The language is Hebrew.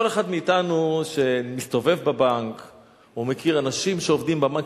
כל אחד מאתנו שמסתובב בבנק או מכיר אנשים שעובדים בבנק,